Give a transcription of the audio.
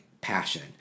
passion